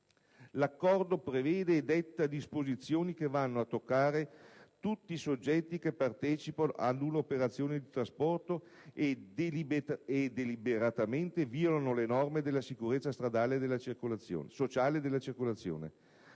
L'accordo prevede e detta disposizioni che vanno a toccare tutti i soggetti che partecipano ad un'operazione di trasporto e deliberatamente violano le norme sulla sicurezza sociale e della circolazione.